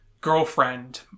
girlfriend